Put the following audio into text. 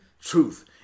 truth